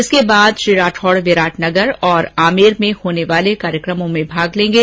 इसके बाद श्री राठौड़ विराटनगर और आमेर में होने वाले कार्यक्रमों के शिरकत करेंगे